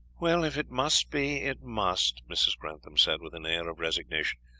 well, if it must be it must, mrs. grantham said, with an air of resignation.